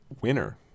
winner